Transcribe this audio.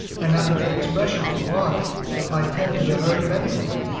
and not to give expression to aught that might tend to the hurt of any one.